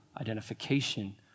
identification